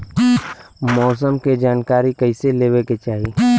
मौसम के जानकारी कईसे लेवे के चाही?